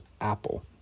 Apple